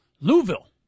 Louisville